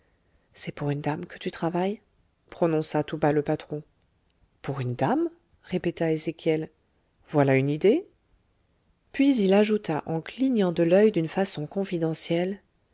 c'est pour une dame que tu travailles prononça tout bas le patron pour une dame répéta ezéchiel voilà une idée puis il ajouta en clignant de l'oeil d'une façon confidentielle